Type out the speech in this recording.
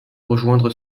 rejoindre